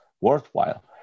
worthwhile